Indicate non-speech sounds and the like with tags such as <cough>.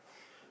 <breath>